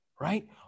Right